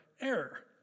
error